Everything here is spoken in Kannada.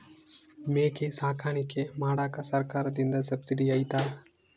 ಮೇಕೆ ಸಾಕಾಣಿಕೆ ಮಾಡಾಕ ಸರ್ಕಾರದಿಂದ ಸಬ್ಸಿಡಿ ಐತಾ?